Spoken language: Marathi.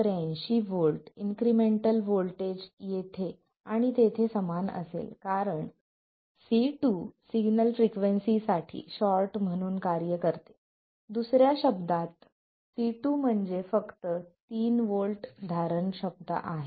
83 V इन्क्रिमेंटल व्होल्टेज येथे आणि तेथे समान असेल कारण C2 सिग्नल फ्रिक्वेन्सी साठी शॉर्ट म्हणून कार्य करते दुसर्या शब्दांत C2 मध्ये फक्त 3 व्होल्ट धारण क्षमता आहे